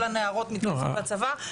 כל הנערות מתגייסות לצבא.